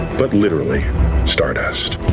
but literally stardust.